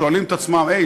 שואלים את עצמם "היי,